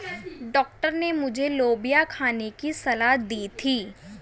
doctor ने मुझे लोबिया खाने की सलाह दी थी